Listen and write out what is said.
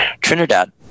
trinidad